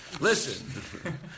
Listen